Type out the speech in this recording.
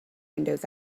windows